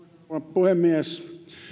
puhemies